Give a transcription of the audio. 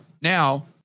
now